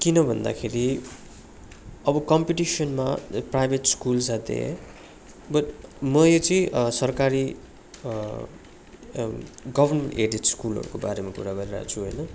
किन भन्दाखेरि अब कम्पिटिसनमा प्राइभेट स्कुल्स साथै बट् म यो चाहिँ सरकारी गभर्मेन्ट एडेड स्कुलहरूको बारेमा कुरा गरिरहेको छु होइन